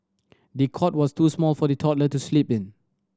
the cot was too small for the toddler to sleep in